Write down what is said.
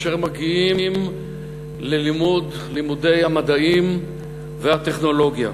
כאשר מגיעים ללימודי המדעים והטכנולוגיה.